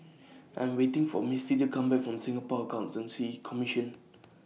I'm waiting For Misti to Come Back from Singapore Accountancy Commission